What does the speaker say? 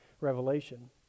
revelation